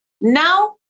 Now